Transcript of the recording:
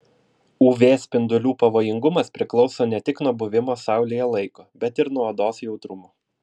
uv spindulių pavojingumas priklauso ne tik nuo buvimo saulėje laiko bet ir nuo odos jautrumo